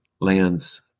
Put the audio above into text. lands